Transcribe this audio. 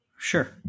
sure